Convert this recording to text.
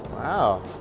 wow,